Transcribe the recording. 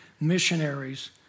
missionaries